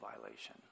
violation